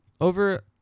over